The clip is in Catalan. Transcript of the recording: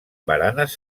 baranes